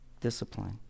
discipline